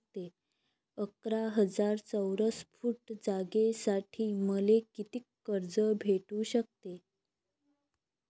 अकरा हजार चौरस फुट जागेसाठी मले कितीक कर्ज भेटू शकते?